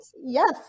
Yes